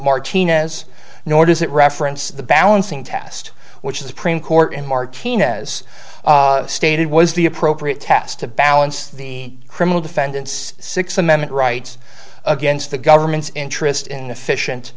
martinez nor does it reference the balancing test which is priem court in martinez stated was the appropriate test to balance the criminal defendants sixth amendment rights against the government's interest in the fish and